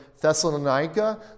Thessalonica